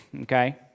Okay